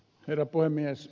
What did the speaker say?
herra puhemies